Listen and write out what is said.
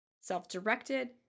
self-directed